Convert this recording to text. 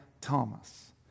Thomas